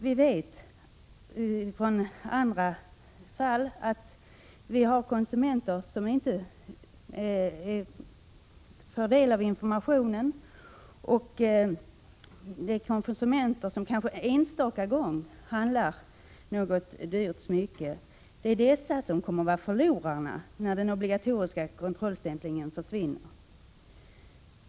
Det finns emellertid konsumenter som inte får del av informationen eller som någon enstaka gång inhandlar ett dyrt smycke. Det är dessa som kommer att förlora när den obligatoriska kontrollstämplingen försvinner.